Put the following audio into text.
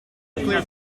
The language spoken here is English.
nuclear